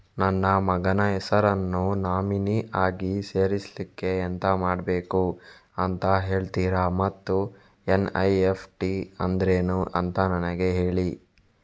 ನನ್ನ ಮಗನ ಹೆಸರನ್ನು ನಾಮಿನಿ ಆಗಿ ಸೇರಿಸ್ಲಿಕ್ಕೆ ಎಂತ ಮಾಡಬೇಕು ಅಂತ ಹೇಳ್ತೀರಾ ಮತ್ತು ಎನ್.ಇ.ಎಫ್.ಟಿ ಅಂದ್ರೇನು ಅಂತ ನನಗೆ ಹೇಳಿ